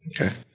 Okay